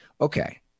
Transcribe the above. Okay